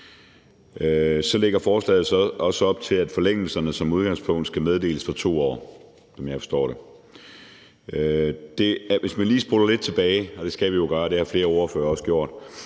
Så lægger forslaget også op til, at forlængelserne som udgangspunkt skal meddeles for 2 år, som jeg forstår det. Hvis vi lige spoler lidt tilbage, og det skal vi jo gøre, og det har flere ordførere også gjort,